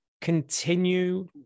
continue